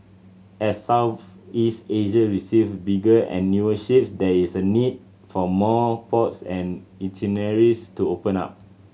as Southeast Asia receives bigger and newer ship there is a need for more ports and itineraries to open up